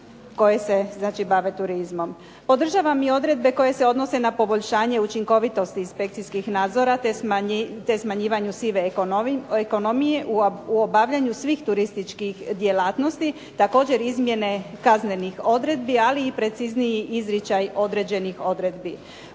koje se bave turizmom. Podržavam i odredbe koje se odnose na poboljšanje učinkovitosti inspekcijskih nadzora te smanjivanju sive ekonomije u obavljanju svih turističkih djelatnosti, također izmjene kaznenih odredbi, ali i precizniji izričaj određenih odredbi.